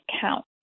count